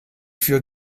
für